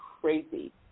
crazy